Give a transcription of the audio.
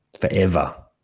forever